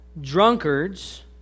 drunkards